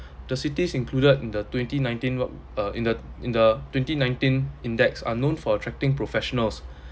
the cities included in the twenty nineteen wor~ uh in the in the twenty nineteen index are known for attracting professionals